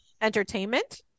Entertainment